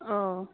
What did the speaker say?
औ